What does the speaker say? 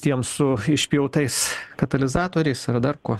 tiems su išpjautais katalizatoriais ar dar kuo